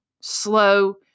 slow